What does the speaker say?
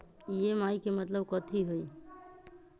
EMI के मतलब कथी होई?